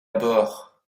bord